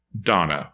Donna